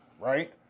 right